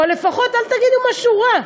או לפחות אל תגידו משהו רע.